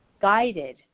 guided